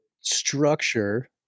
structure